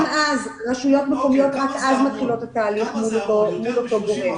גם אז רשויות מתחילות את התהליך מול אותו גורם.